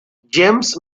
james